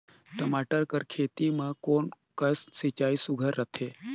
टमाटर कर खेती म कोन कस सिंचाई सुघ्घर रथे?